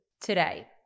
today